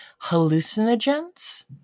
hallucinogens